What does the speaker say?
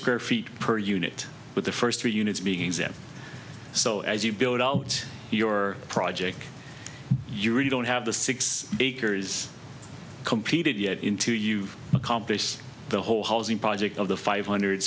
square feet per unit but the first three units being exempt so as you build out your project you really don't have the six acres competed yet into you've accomplished the whole housing project of the five hundred